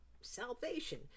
salvation